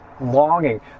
longing